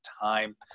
time